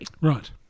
Right